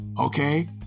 Okay